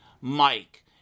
Mike